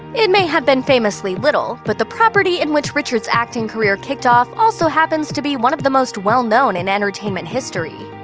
it may have been famously little, but the property in which richards' acting career kicked off also happens to be one of the most well-known in entertainment history.